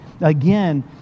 again